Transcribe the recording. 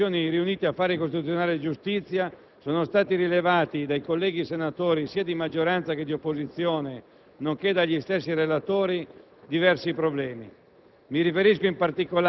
Da un esame nelle Commissioni riunite affari costituzionali e giustizia, sono stati rilevati dai colleghi senatori, sia di maggioranza che di opposizione, nonché dagli stessi relatori, diversi problemi.